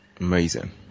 Amazing